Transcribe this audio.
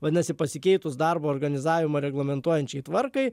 vadinasi pasikeitus darbo organizavimą reglamentuojančiai tvarkai